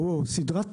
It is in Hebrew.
או סדרת תרגילים,